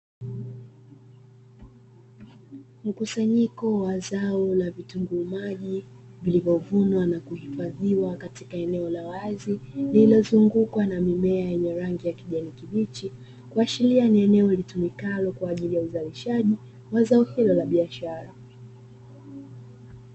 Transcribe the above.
Mkusanyiko wa zao la vitunguu maji vilivyovunwa na kukusanywa katika eneo la wazi, lililozungukwa na mimea ya rangi ya kijani kibichi kuashiria ni eneo litumikalo kwa ajili ya uzalishaji, wa zao hili la biashara.